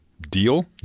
Deal